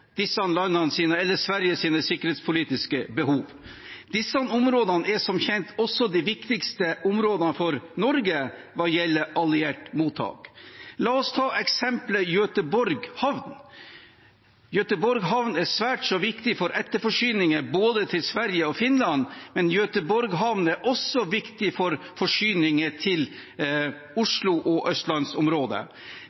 sikkerhetspolitiske behov. Disse områdene er som kjent også de viktigste områdene for Norge hva gjelder alliert mottak. La oss ta eksempelet Göteborg havn: Göteborg havn er svært viktig for etterforsyninger til både Sverige og Finland, men Göteborg havn er også viktig for forsyninger til